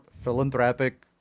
philanthropic